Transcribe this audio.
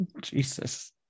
Jesus